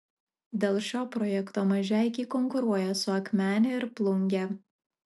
dėl šio projekto mažeikiai konkuruoja su akmene ir plunge